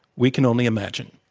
we can only imagine.